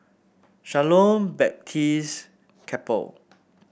Shalom Baptist Chapel